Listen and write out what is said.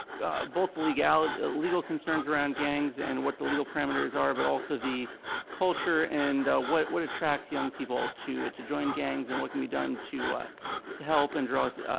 both legal legal concerns around gangs and what the legal parameters are but also the culture and what what attracts young people to to join gangs and what can be done to ah to help and draw.